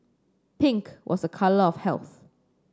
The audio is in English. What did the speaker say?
pink was a colour of health